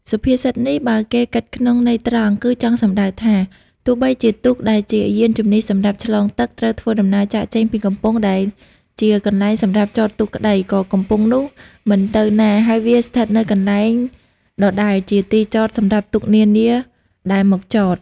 សុភាសិតនេះ បើគេគិតក្នុងន័យត្រង់ គឺចង់សំដៅថា ទោះបីជាទូក ដែលជាយាន្តជំនិះសម្រាប់ឆ្លងទឹក ត្រូវធ្វើដំណើរចាកចេញពីកំពង់ដែលជាកន្លែងសម្រាប់ចតទូកក្ដី ក៏កំពង់នោះមិនទៅណា ហើយវាស្ថិតនៅកន្លែងដដែលជាទីចតសម្រាប់ទូកនានាដែលមកចត។